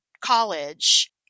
college